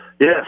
Yes